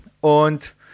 Und